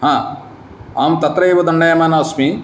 हम् अहं तत्रैव दण्डयमानः अस्मि